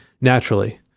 naturally